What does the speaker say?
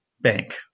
bank